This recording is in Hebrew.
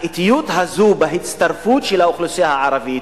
האטיות הזאת בהצטרפות של האוכלוסייה הערבית,